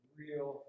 real